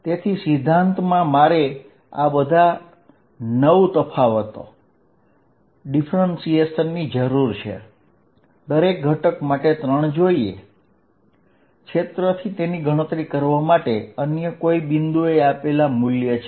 તેથી સિદ્ધાંતમાં મારે આ બધા 9 ડિફરેન્શિયલ્સ ની જરૂર છે દરેક ઘટક માટે ત્રણ જોઈએ ક્ષેત્રથી તેની ગણતરી કરવા માટે અન્ય કોઈ બિંદુએ આપેલ મૂલ્ય છે